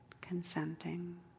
consenting